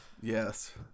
Yes